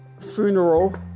funeral